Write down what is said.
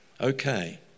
Okay